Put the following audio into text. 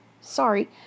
Sorry